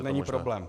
Není problém.